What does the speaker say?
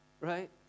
Right